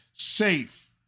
Safe